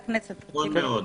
נכון מאוד.